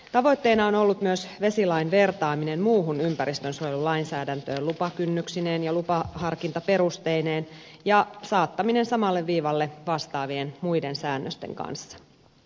tavoitteena on ollut myös vesilain vertaaminen muuhun ympäristönsuojelulainsäädäntöön lupakynnyksineen ja lupaharkintaperusteineen ja saattaminen samalle viivalle vastaavien muiden säännösten kanssa